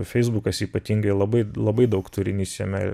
feisbukas ypatingai labai labai daug turinys jame